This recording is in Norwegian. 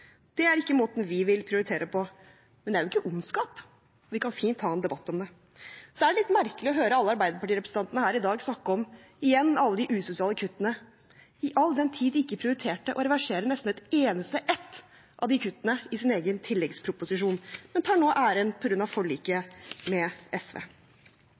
Det er ikke måten vi vil prioritere på. Men det er ikke ondskap, og vi kan fint ha en debatt om det. Så er det litt merkelig å høre alle Arbeiderparti-representantene her i dag snakke om – igjen – alle de usosiale kuttene, all den tid de nesten ikke prioriterte å reversere et eneste et av de kuttene i sin egen tilleggsproposisjon, men nå tar æren på grunn av forliket med SV.